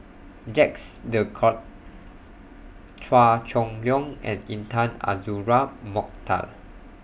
Jacques De Coutre Chua Chong Long and Intan Azura Mokhtar